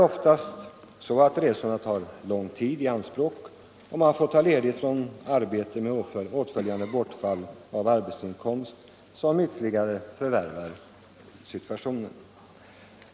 Oftast tar resorna lång tid i anspråk och kräver ledighet från arbetet med åtföljande bortfall av arbetsinkomst, som ytterligare förvärrar situationen.